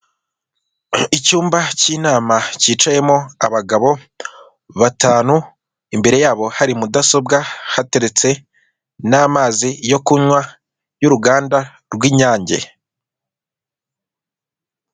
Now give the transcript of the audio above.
Icyumba kinama cyicayemo abagabo batanu imbere yabo hari mudasobwa hateretse n'amazi yo kunkwa y'uruganda rw'inyange.